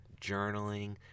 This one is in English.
journaling